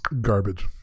Garbage